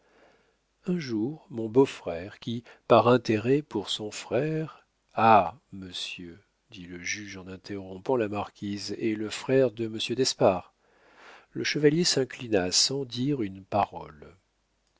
un jour mon beau-frère qui par intérêt pour son frère ah monsieur dit le juge en interrompant la marquise est le frère de monsieur d'espard le chevalier s'inclina sans dire une parole